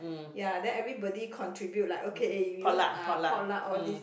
ya then everybody contribute like okay eh you want ah potluck all this